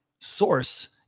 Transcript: source